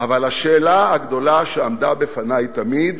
אבל השאלה הגדולה שעמדה בפני תמיד: